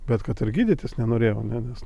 bet kad ir gydytis nenorėjau nes